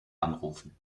anrufen